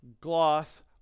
gloss